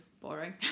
boring